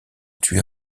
tuer